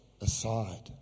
aside